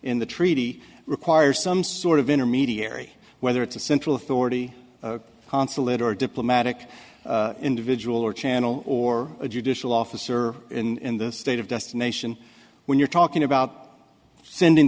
in the treaty requires some sort of intermediary whether it's a central authority consulate or a diplomatic individual or channel or a judicial officer in the state of destination when you're talking about sending